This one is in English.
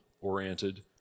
oriented